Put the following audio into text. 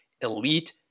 elite